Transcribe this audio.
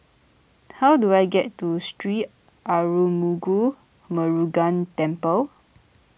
how do I get to Sri Arulmigu Murugan Temple